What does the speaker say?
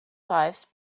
lives